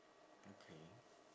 okay